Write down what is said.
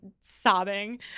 sobbing